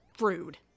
rude